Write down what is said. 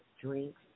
drinks